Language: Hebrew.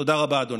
תודה רבה, אדוני.